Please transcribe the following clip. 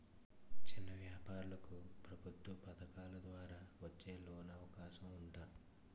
చిన్న వ్యాపారాలకు ప్రభుత్వం పథకాల ద్వారా వచ్చే లోన్ అవకాశం ఉందా?